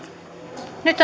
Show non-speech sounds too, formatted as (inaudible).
nyt (unintelligible)